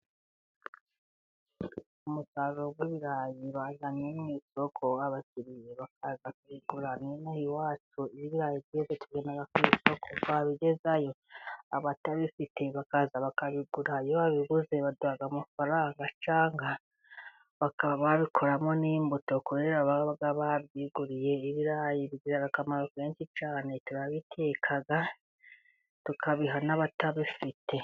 Umusaruro w'ibirayi bazanye mu isoko abakiriya bakaza kubigura, n'ino aha iwacu iyo ibirayi byeze tubijyana ku isoko, twabigezayo abatabifite bakaza bakabigura, iyo babiguze baduha amafaranga cyangwa bakaba babikoramo n'imbuto kubera baba babyiguriye. Ibirayi bigira akamaro kenshi cyane turabikeka tukabiha n'abatabifite.